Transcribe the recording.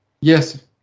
Yes